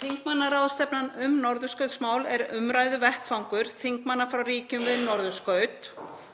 Þingmannaráðstefnan um norðurskautsmál er umræðuvettvangur þingmanna frá ríkjum við norðurskaut,